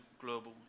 global